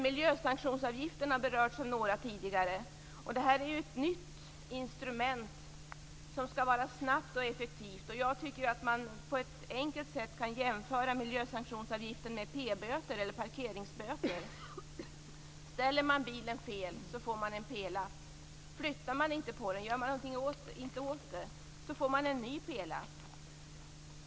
Miljösanktionsavgifter har berörts tidigare i dag. Det är ett nytt instrument som skall vara snabbt och effektivt. Det går att på ett enkelt sätt jämföra miljösanktionsavgiften med parkeringsböter. Ställer man bilen fel får man en p-lapp. Flyttar man inte på bilen får man en ny p-lapp.